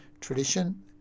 tradition